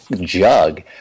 jug